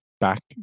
back